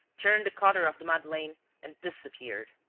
turned the corner of the madeleine and disappeared.